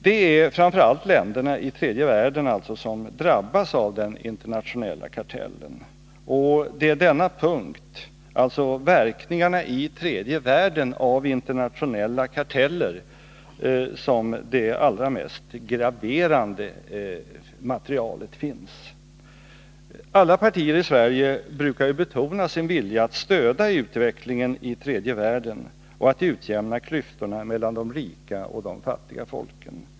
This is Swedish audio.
Det är alltså framför allt länderna i tredje världen som drabbas av den internationella kartellen, och det är på denna punkt — verkningarna i tredje världen av internationella karteller — som det allra mest graverande materialet finns. Alla partier i Sverige brukar ju betona sin vilja att stödja utvecklingen i tredje världen och utjämna klyftorna mellan de rika och de fattiga folken.